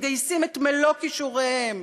מגייסים את מלוא כישוריהם